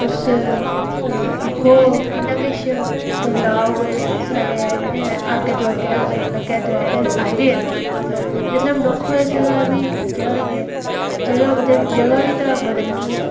तुस दिक्खो कि'न्ना किश बदलाब साढ़े इ'त्थें आगे दोआगे लग्गे दोआगे आई गै जन्दे जिसलै मनुक्ख होई सकदा भी जगह् केह् ऐ जगह् बदल जगह् बी तां बदलनी गै